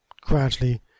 gradually